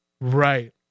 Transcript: Right